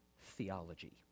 theology